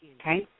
okay